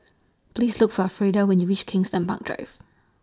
Please Look For Freida when YOU REACH Kensington Park Drive